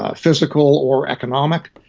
ah physical or economic.